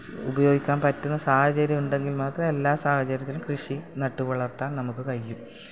ഉപയോഗിക്കാൻ പറ്റുന്ന സാഹചര്യം ഉണ്ടെങ്കിൽ മാത്രമേ എല്ലാ സാഹചര്യത്തിലും കൃഷി നട്ട് വളർത്താൻ നമുക്ക് കഴിയൂ